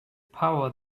power